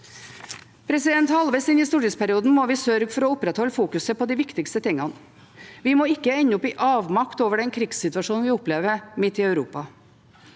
tiltaket. Halvvegs inn i stortingsperioden må vi sørge for å opprettholde søkelyset på de viktigste tingene. Vi må ikke ende i avmakt over den krigssituasjonen vi opplever midt i Europa.